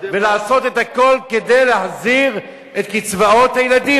ולעשות את הכול כדי להחזיר את קצבאות הילדים.